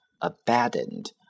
abandoned